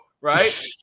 right